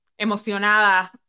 emocionada